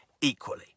equally